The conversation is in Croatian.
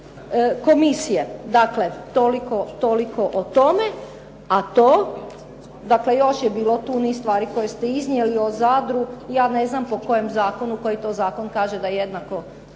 komisije. Dakle, toliko o tome, a to dakle još je bilo tu niz stvari koje ste iznijeli o Zadru. Ja ne znam po kojem zakonu, koji to zakon kaže da jednako